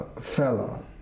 fella